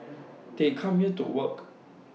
they come here to work